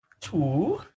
Two